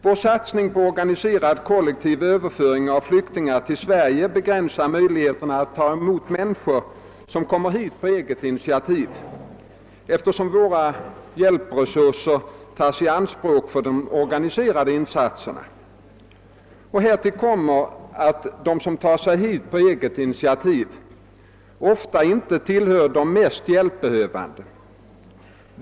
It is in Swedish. Vår satsning på organiserad kollektiv överföring av flyktingar till Sverige begränsar möjligheterna att ta emot människor som kommer hit på eget initiativ, eftersom våra hjälpresurser tas i anspråk för de oragniserade insatserna. Därtill kommer att de som tar sig hit på eget initiativ ofta inte tillhör de mest hjälpbehövande.